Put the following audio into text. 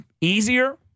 easier